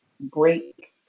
break